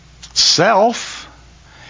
self